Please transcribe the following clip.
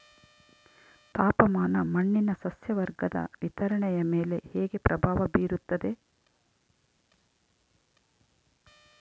ತಾಪಮಾನ ಮಣ್ಣಿನ ಸಸ್ಯವರ್ಗದ ವಿತರಣೆಯ ಮೇಲೆ ಹೇಗೆ ಪ್ರಭಾವ ಬೇರುತ್ತದೆ?